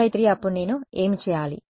విద్యార్థి లో సమాధానం ఇవ్వడానికి